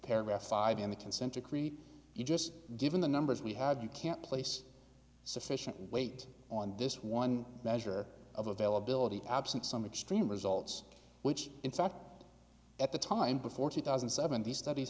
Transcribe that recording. paragraph five in the consent decree you just given the numbers we had you can't place sufficient weight on this one measure of availability absent some extreme results which in fact at the time before two thousand and seven these studies